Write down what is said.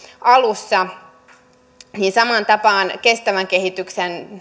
alussa ja samaan tapaan kestävän kehityksen